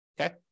okay